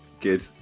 good